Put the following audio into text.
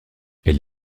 elle